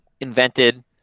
invented